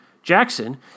Jackson